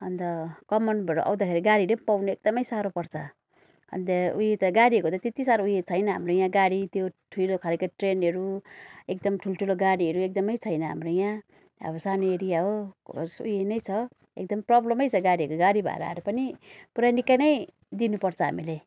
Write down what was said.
अन्त कमानबाट आउँदाखेरि गाडीहरू पाउनु एकदमै साह्रो पर्छ अन्त उयो त गाडीहरूको त त्यति साह्रो उयो छैन यहाँ हाम्रो गाडी त्यो ठुलो खालको ट्रेनहरू एकदम ठुल्ठुलो गाडीहरू एकदमै छैन हाम्रो यहाँ अब सानो एरिया हो उयो नै छ एकदम प्रबलमै छ गाडीको गाडी भाडाहरू पनि पुरा निक्कै नै दिनुपर्छ हामीले